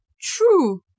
true